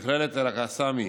מכללת אלקאסמי